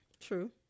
True